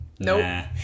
Nope